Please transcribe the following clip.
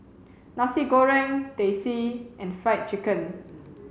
Nasi Goreng Teh C and fried chicken